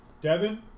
Devin